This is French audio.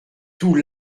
tout